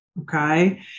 Okay